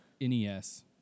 NES